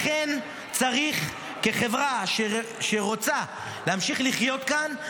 לכן כחברה שרוצה להמשיך לחיות כאן,